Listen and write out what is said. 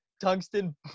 tungsten